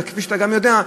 וכפי שאתה גם יודע,